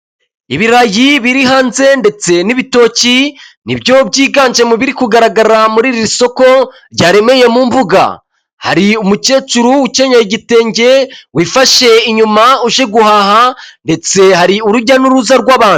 Ibirayi biri hanze ndetse n'ibitoki nibyo byiganje mu biri kugaragara muri iri soko ryaremeye mu mbuga. Hari umukecuru ukenyeye igitenge, wifashe inyuma, uje guhaha ndetse hari urujya n'uruza rw'abantu.